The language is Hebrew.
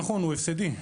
הוא הפסדי,